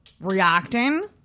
reacting